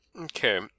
Okay